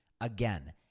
Again